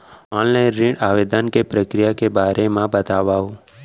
Online ऋण आवेदन के प्रक्रिया के बारे म बतावव?